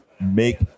make